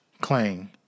Clang